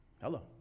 Hello